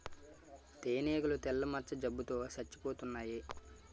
తేనీగలు తెల్ల మచ్చ జబ్బు తో సచ్చిపోతన్నాయి